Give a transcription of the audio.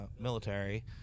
military